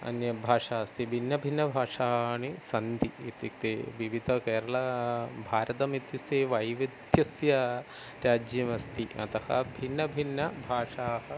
अन्या भाषा अस्ति भिन्ना भिन्नभाषाः सन्ति इत्युक्ते विविधाः केरळा भारतमित्युक्ते वैविध्यस्य राज्यमस्ति अतः भिन्नभिन्नभाषाः